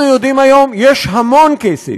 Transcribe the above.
אנחנו יודעים היום שיש המון כסף.